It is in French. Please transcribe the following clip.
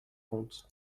compte